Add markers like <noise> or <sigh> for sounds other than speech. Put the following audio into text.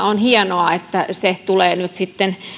<unintelligible> on hienoa että se tulee nyt sitten